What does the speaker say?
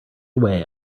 away